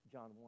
John